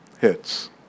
hits